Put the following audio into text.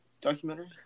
documentary